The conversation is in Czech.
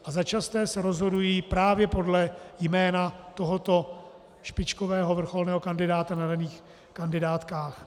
A začasté se rozhodují právě podle jména tohoto špičkového, vrcholného kandidáta na daných kandidátkách.